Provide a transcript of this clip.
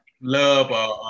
love